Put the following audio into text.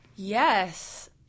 Yes